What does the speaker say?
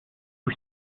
for